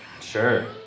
Sure